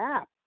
app